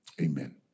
Amen